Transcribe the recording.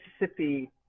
Mississippi